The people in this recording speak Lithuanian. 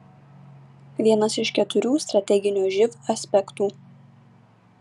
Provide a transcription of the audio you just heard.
vienas iš keturių strateginio živ aspektų